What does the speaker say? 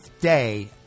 day